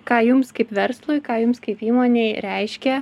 ką jums kaip verslui ką jums kaip įmonei reiškia